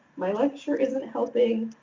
my lecture isn't helping,